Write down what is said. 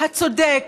הצודק,